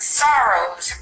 sorrows